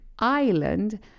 island